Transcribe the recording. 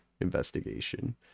investigation